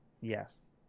Yes